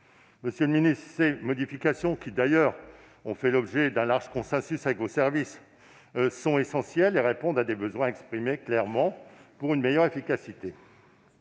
Monsieur le ministre, ces modifications, qui ont d'ailleurs fait l'objet d'un large consensus avec vos services, sont essentielles et répondent à des besoins exprimés clairement pour une meilleure efficacité.